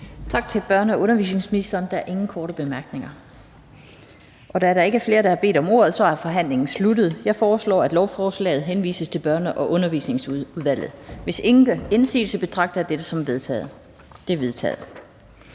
Tak til børne- og undervisningsministeren. Der er ikke nogen korte bemærkninger. Da der ikke er flere, der har bedt om ordet, er forhandlingen sluttet. Jeg foreslår, at lovforslaget henvises til Børne- og Undervisningsudvalget. Hvis ingen gør indsigelse, betragter jeg dette som vedtaget. Det er vedtaget.